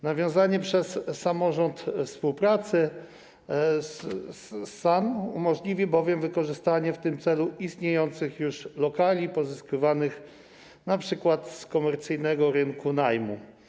Nawiązanie przez samorząd współpracy z SAN umożliwi bowiem wykorzystanie w tym celu istniejących już lokali pozyskiwanych np. z komercyjnego rynku najmu.